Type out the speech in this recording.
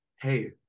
hey